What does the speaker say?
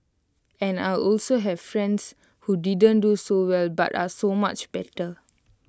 and I also have friends who didn't do so well but are so much better